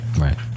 Right